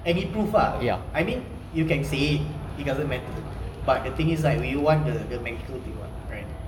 any proof ah I mean you can say it it doesn't matter but the thing is like we want the medical thing what